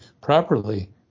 properly